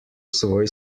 svoj